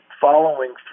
following